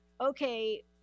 okay